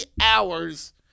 hours